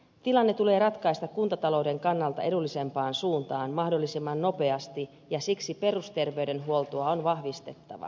tilanne tulee ratkaista kuntatalouden kannalta edullisempaan suuntaan mahdollisimman nopeasti ja siksi perusterveydenhuoltoa on vahvistettava